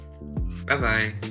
Bye-bye